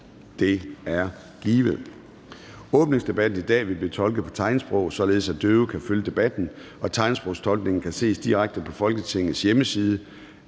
Det er givet. Åbningsdebatten i dag vil blive tolket på tegnsprog, således at døve kan følge debatten. Tegnsprogstolkningen kan ses direkte på Folketingets hjemmeside